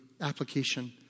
application